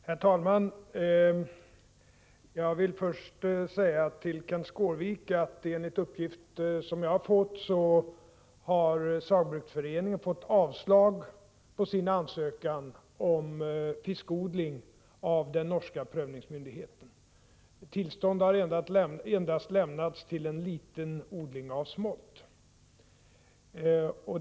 Herr talman! Enligt den uppgift som jag har fått, Kenth Skårvik, avslogs Saugbrugsforeningens ansökan om tillstånd till fiskodling av den norska prövningsmyndigheten. Tillstånd har endast lämnats till en liten odling av smolt.